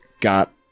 Got